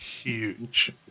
huge